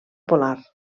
polar